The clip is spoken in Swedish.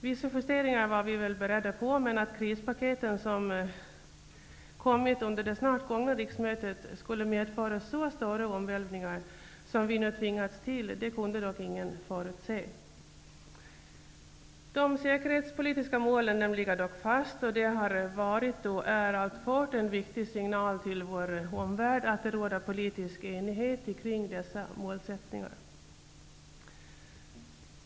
Vissa justeringar var vi väl beredda på, men att de krispaket som kommit under det snart gångna riksmötet skulle medföra så stora omvälvningar som vi nu tvingats göra kunde ingen förutse. De säkerhetspolitiska målen ligger dock fast, och det har varit och är alltfort en viktig signal till vår omvärld att det råder politisk enighet kring dessa målsättningar.